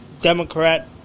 democrat